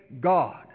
God